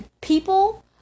people